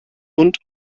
und